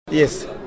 Yes